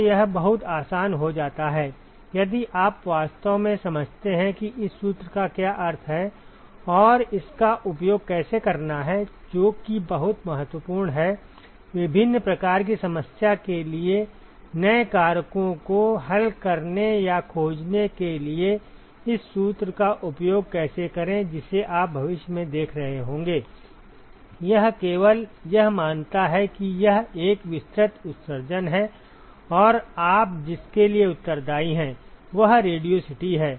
तो यह बहुत आसान हो जाता है यदि आप वास्तव में समझते हैं कि इस सूत्र का क्या अर्थ है और इसका उपयोग कैसे करना है जो कि बहुत महत्वपूर्ण है विभिन्न प्रकार की समस्या के लिए नए कारकों को हल करने या खोजने के लिए इस सूत्र का उपयोग कैसे करें जिसे आप भविष्य में देख रहे होंगे यह केवल यह मानता है कि यह एक विस्तृत उत्सर्जन है और आप जिसके लिए उत्तरदायी हैं वह रेडियोसिटी है